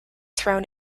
thrown